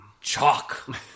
Chalk